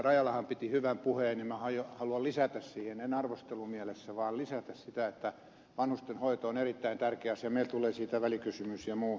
rajalahan piti hyvän puheen ja minä haluan lisätä siihen en arvostelumielessä sen että vanhustenhoito on erittäin tärkeä asia meille tulee siitä välikysymys ja muu myöhemmin